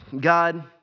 God